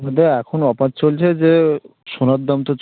আমাদের এখন অফার চলছে যে সোনার দাম তো